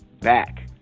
back